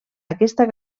aquesta